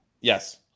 Yes